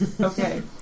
Okay